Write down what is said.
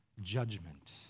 judgment